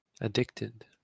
addicted